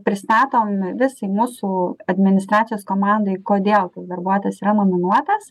pristatom visai mūsų administracijos komandai kodėl tas darbuotojas yra nominuotas